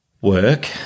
work